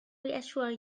reassure